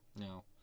No